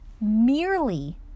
merely